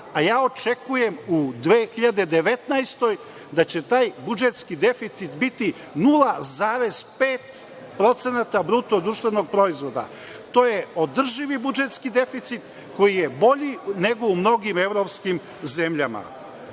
a ja očekujem u 2019. godini da će taj budžetski deficit biti 0,5% BDP-a. To je održivi budžetski deficit koji je bolji nego u mnogim evropskim zemljama.